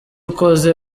ukoze